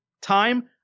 time